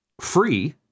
free